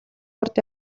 урд